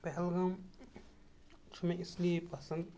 پہلگام چھُ مےٚ اِسلیے پَسنٛد